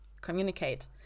communicate